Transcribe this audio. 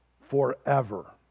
forever